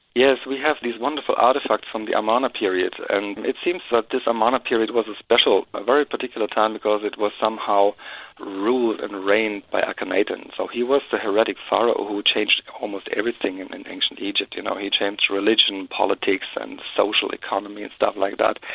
yes, we have these wonderful artefacts from the amana period and it seems that this amana period was special, a very particular time because it was somehow ruled and reigned by akhenaten, so he was the heretic pharaoh who changed almost everything in ancient egypt. you know he changed religion, politics and social economy and stuff like that.